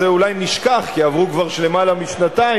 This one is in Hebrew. זה אולי נשכח כי עברו כבר למעלה משנתיים,